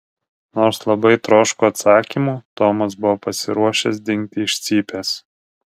nors labai troško atsakymų tomas buvo pasiruošęs dingti iš cypės